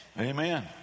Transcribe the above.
Amen